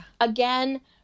again